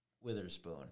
Witherspoon